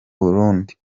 burundi